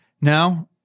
Now